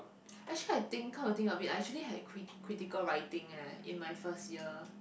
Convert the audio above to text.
actually I think come to think of it I actually had crit~ critical writing eh in my first year